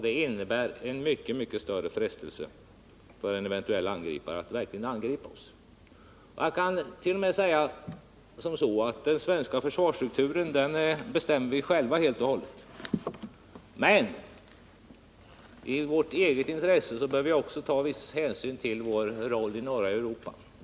Det innebär mycket, mycket större frestelse för en eventuell angripare att verkligen angripa oss. Man kan t.o.m. säga att vi själva helt och hållet bestämmer den svenska försvarsstrukturen men att vi i vårt eget intresse också bör ta viss hänsyn till vår roll i norra Europa.